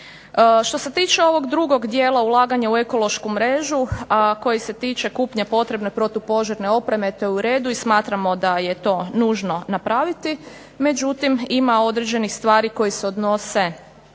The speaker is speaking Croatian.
Što se tiče ovog drugog dijela ulaganja u ekološku mrežu, a koji se tiče kupnje potrebne protupožarne opreme to je u redu i smatramo da je to nužno napraviti. Međutim, ima određenih stvari koji se odnose